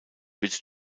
wird